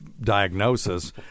diagnosis